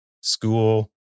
school